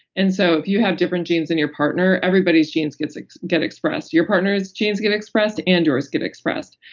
and so if you have different genes than your partner, everybody's genes get so get expressed. your partners genes get expressed and yours get expressed.